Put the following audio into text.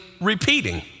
repeating